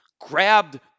grabbed